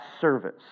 service